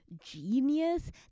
genius